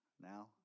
now